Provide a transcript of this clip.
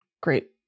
great